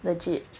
legit